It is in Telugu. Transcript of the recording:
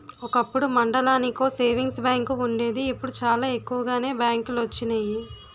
ఒకప్పుడు మండలానికో సేవింగ్స్ బ్యాంకు వుండేది ఇప్పుడు చాలా ఎక్కువగానే బ్యాంకులొచ్చినియి